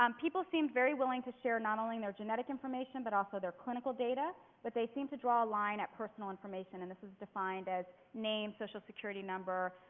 um people seemed very willing to share not only their genetic information but also their clinical data but they seemed to draw a line at personal information and this is defined as name, social security number,